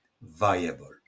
viable